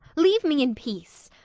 leave me in peace!